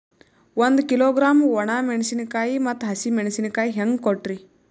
ಒಂದ ಕಿಲೋಗ್ರಾಂ, ಒಣ ಮೇಣಶೀಕಾಯಿ ಮತ್ತ ಹಸಿ ಮೇಣಶೀಕಾಯಿ ಹೆಂಗ ಕೊಟ್ರಿ?